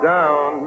Down